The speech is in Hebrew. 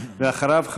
ואחריו,